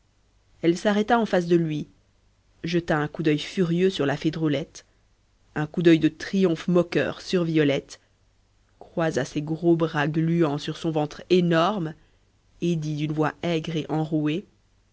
elle s'arrêta en face de lui jeta un coup d'oeil furieux sur la fée drôlette un coup d'oeil de triomphe moqueur sur violette croisa ses gros bras gluants sur son ventre énorme et dit d'une voix aigre et enrouée